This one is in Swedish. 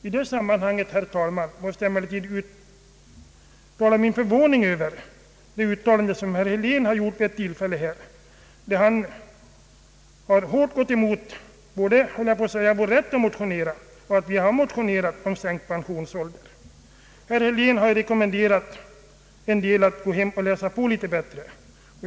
I det sammanhanget, herr talman, måste jag ge uttryck för min förvåning över herr Heléns uttalande vid ett tillfälle, då han gick emot både vår rätt att motionera och det faktum att vi har motionerat om sänkt pensionsålder. Herr Helén har rekommenderat en del att gå hem och läsa på litet bättre.